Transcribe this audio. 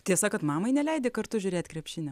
tiesa kad mamai neleidi kartu žiūrėt krepšinio